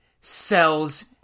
sells